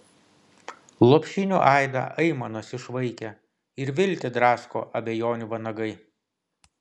lopšinių aidą aimanos išvaikė ir viltį drasko abejonių vanagai